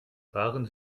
fahren